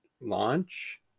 Launch